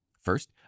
First